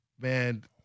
man